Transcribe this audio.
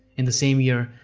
in the same year,